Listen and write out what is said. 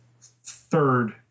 third